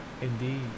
Indeed